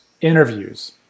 interviews